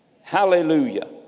Hallelujah